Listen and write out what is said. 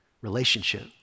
relationship